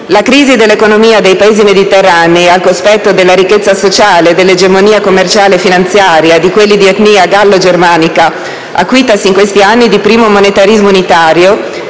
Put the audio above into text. La crisi dell'economia dei Paesi mediterranei al cospetto della ricchezza sociale e dell'egemonia commerciale e finanziaria di quelli di etnia gallo-germanica, acuitasi in questi anni di primo monetarismo unitario,